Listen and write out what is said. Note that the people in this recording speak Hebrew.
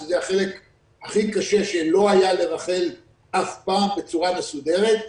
שזה החלק הכי קשה שלא היה לרח"ל אף פעם בצורה מסודרת.